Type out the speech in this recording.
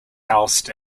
housed